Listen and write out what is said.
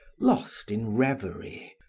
lost in reverie,